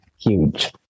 huge